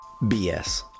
BS